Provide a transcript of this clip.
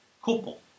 couple